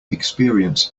experience